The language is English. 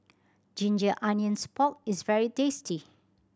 ginger onions pork is very tasty